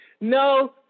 No